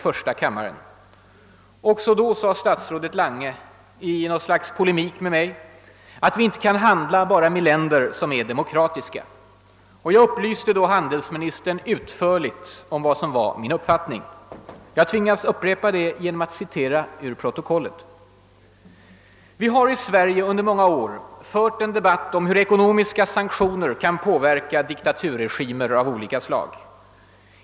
även då sade statsrådet i något slags polemik med mig att Sverige inte bara kan handla med länder som är demokratiska. Jag upplyste då handelsministern utförligt om vad som var min mening. Jag tvingas nu upprepa det genom att citera ur protokollet från detta tillfälle: » Vi har i Sverige under många år fört en debatt om hur ekonomiska sanktioner kan påverka diktaturregimer av olika slag.